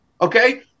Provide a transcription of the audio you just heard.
Okay